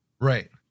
Right